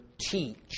teach